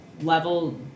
level